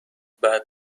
بعد